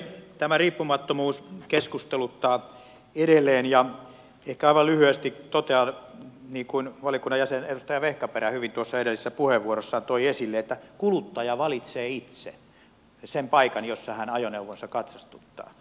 tämä riippumattomuus keskusteluttaa edelleen ja ehkä aivan lyhyesti totean niin kuin valiokunnan jäsen edustaja vehkaperä hyvin tuossa edellisessä puheenvuorossaan toi esille että kuluttaja valitsee itse sen paikan jossa hän ajoneuvonsa katsastuttaa